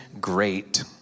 great